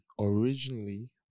originally